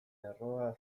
erroa